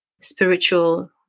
spiritual